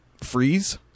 freeze